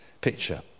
picture